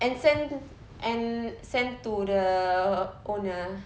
and send and send to the owner